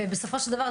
בסופו של דבר,